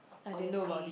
obviously